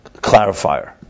clarifier